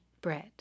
bread